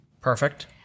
perfect